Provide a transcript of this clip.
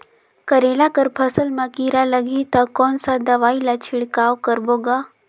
करेला कर फसल मा कीरा लगही ता कौन सा दवाई ला छिड़काव करबो गा?